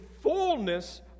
fullness